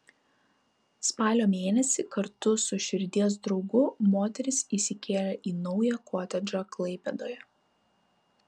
spalio mėnesį kartu su širdies draugu moteris įsikėlė į naują kotedžą klaipėdoje